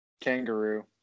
Kangaroo